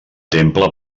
temple